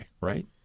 right